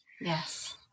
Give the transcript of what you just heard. Yes